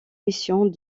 missions